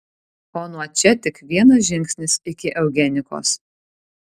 o nuo čia tik vienas žingsnis iki eugenikos